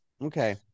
okay